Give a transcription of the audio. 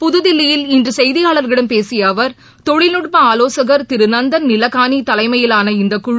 புதுதில்லியில் இன்று செய்தியாளர்களிடம் பேசிய அவர் தொழில்நட்ப ஆலோசகர் திரு நந்தன் நிலகானி தலைமையிலான இந்தக் குழு